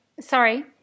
Sorry